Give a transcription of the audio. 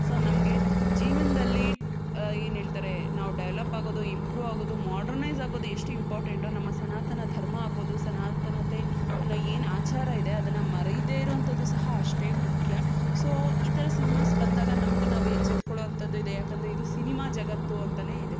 so ನಮಗೆ ಜೀವನದಲ್ಲಿ ಏನು ಹೇಳ್ತಾರೆ ನಾವು ಡೆವಲಪ್ ಆಗೋದು ಇಂಪ್ರೂವ್ ಆಗೋದು ಮೊಡ್ರನೈಜ್ ಆಗೋದು ಎಷ್ಟು ಇಂಪಾರ್ಟೆಂಟೊ ನಮ್ಮ ಸನಾತನ ಧರ್ಮ ಆಗ್ಬೋದು ಸನಾತನತೆ ಅನ್ನೊ ಏನು ಆಚಾರ ಇದೆ ಅದನ್ನು ಮರೆಯದೇ ಇರುವಂಥದ್ದು ಸಹ ಅಷ್ಟೇ ಮುಖ್ಯ ಸೊ ಈ ಥರ ಸಿನಿಮಾಸ್ ಬಂದಾಗ ನಮಗೆ ನಾವು ಎಚ್ಚೆತ್ಕೊಳ್ಳೋ ಅಂಥದ್ದು ಇದೆ ಯಾಕಂದರೆ ಇದು ಸಿನಿಮಾ ಜಗತ್ತು ಅಂತನೇ ಇದೆ